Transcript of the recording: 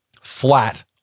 flat